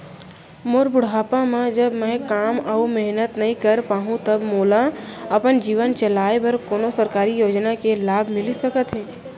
मोर बुढ़ापा मा जब मैं काम अऊ मेहनत नई कर पाहू तब का मोला अपन जीवन चलाए बर कोनो सरकारी योजना के लाभ मिलिस सकत हे?